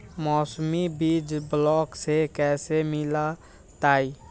मौसमी बीज ब्लॉक से कैसे मिलताई?